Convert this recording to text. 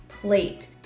plate